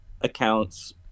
accounts